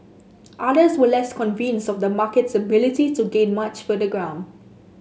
others were less convinced of the market's ability to gain much further ground